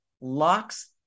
locks